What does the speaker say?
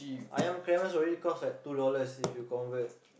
Ayam-Gremes already cost like two dollars if you convert